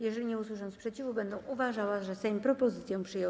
Jeżeli nie usłyszę sprzeciwu, będę uważała, że Sejm propozycję przyjął.